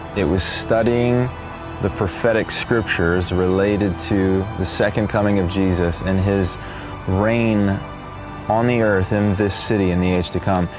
was studying the prophetic scriptures related to the second coming of jesus and his reign on the earth in this city in the age to come,